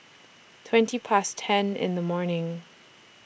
twenty Past ten in The morning